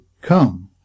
Come